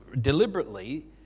deliberately